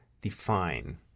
define